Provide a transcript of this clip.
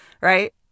right